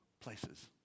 places